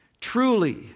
Truly